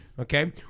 Okay